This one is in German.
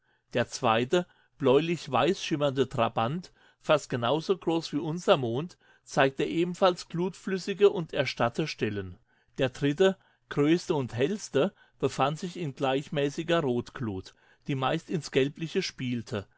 der zweite bläulichweiß schimmernde trabant fast genau so groß wie unser mond zeigte ebenfalls glutflüssige und erstarrte stellen der dritte größte und hellste befand sich in gleichmäßiger rotglut die meist ins gelbliche spielte